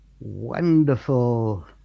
wonderful